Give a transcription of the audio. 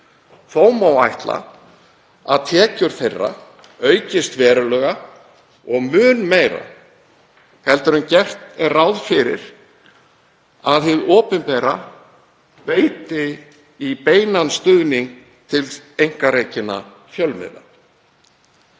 Þó má ætla að tekjur þeirra aukist verulega og mun meira en gert er ráð fyrir að hið opinbera veiti í beinan stuðning til einkarekinna fjölmiðla.